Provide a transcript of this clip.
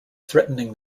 threatening